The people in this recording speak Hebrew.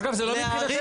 אגב, זה לא מבחינתנו.